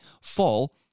fall